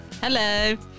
Hello